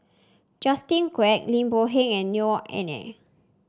Justin Quek Lim Boon Heng and Neo Anngee